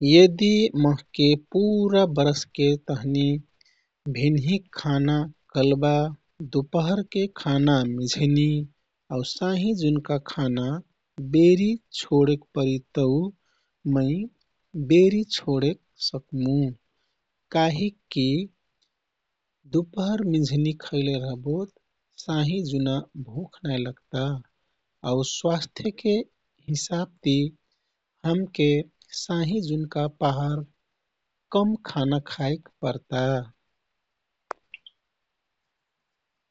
यदि मोहके पुरा बरसके तहनि भिन्हिक खाना कल्बा, दुपहरके खाना मिझनी आउ साँहिजुनका खाना बेरी छोडेक परि तौ मै बेरी छोडे सकमु। काहिककी दुपहर मिझनी खैलेरहबोत साँहिजुना भुँख नाइ लगता आउ स्वास्थ्यके हिसाबती हमके साँहिजुनका पहार कम खाना खाइक परता।